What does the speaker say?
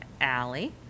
alley